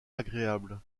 agréable